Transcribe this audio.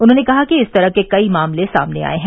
उन्होंने कहा कि इस तरह के कई मामले सामने आये हैं